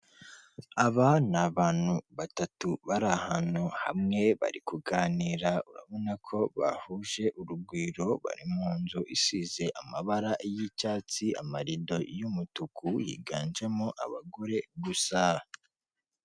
Aba abantu ni batatu bari ahantu hamwe, bari kuganira urabona ko bahuje urugwiro, bari mu nzu isize amabara y'icyatsi, amarido y'umutuku, higanjemo abagore gusa.